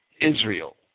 Israel